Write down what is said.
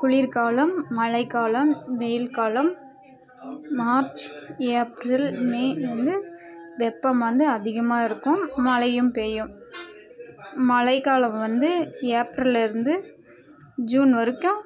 குளிர்காலம் மழைக்காலம் வெயில்காலம் மார்ச் ஏப்ரல் மே வந்து வெப்பம் வந்து அதிகமாக இருக்கும் மழையும் பெய்யும் மழைக்காலம் வந்து ஏப்ரலில் இருந்து ஜூன் வரைக்கும்